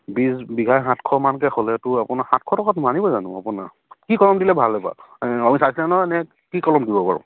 বিঘাই সাতশ মানকে হ'লেতো আপোনাৰ সাতশ টকাত মানিব জানো আপোনাৰ কি কলম দিলে ভাল হয় বাৰু